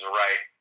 right